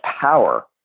power